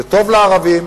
זה טוב לערבים,